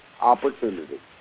opportunity